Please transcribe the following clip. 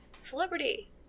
celebrity